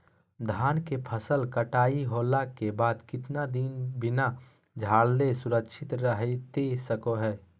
धान के फसल कटाई होला के बाद कितना दिन बिना झाड़ले सुरक्षित रहतई सको हय?